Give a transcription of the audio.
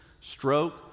stroke